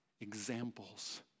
examples